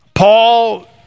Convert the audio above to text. Paul